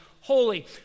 holy